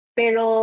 pero